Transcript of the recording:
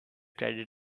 credit